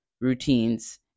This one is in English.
routines